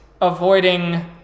avoiding